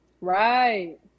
right